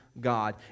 God